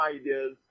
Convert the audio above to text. ideas